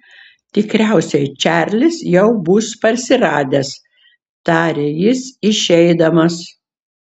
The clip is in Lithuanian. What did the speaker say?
tikriausiai čarlis jau bus parsiradęs tarė jis išeidamas